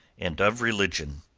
and of religion.